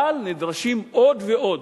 אבל נדרשים עוד ועוד,